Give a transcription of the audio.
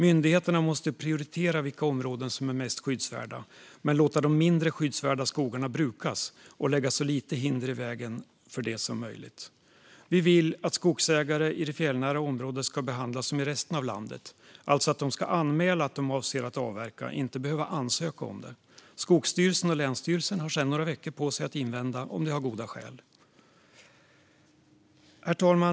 Myndigheterna måste prioritera de områden som är mest skyddsvärda men låta de mindre skyddsvärda skogarna brukas och lägga så lite hinder i vägen för det som möjligt. Vi vill att skogsägare i det fjällnära området ska behandlas som skogsägare i resten av landet, alltså att de ska anmäla att de avser att avverka och inte behöva ansöka om det. Skogsstyrelsen och länsstyrelsen har sedan några veckor på sig att invända om de har goda skäl. Herr talman!